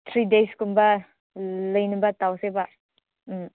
three ꯗꯦꯖꯀꯨꯝꯕ ꯂꯩꯅꯕ ꯇꯧꯁꯦꯕ ꯎꯝ